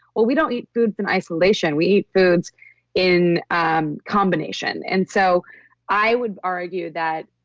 well, we don't eat foods in isolation. we eat foods in um combination. and so i would argue that.